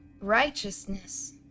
Righteousness